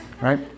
Right